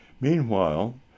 meanwhile